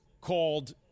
called